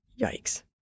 yikes